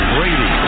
Brady